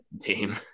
team